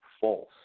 false